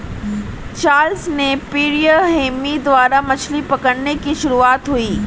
Charles Napier Hemy द्वारा मछली पकड़ने की शुरुआत हुई